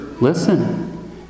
Listen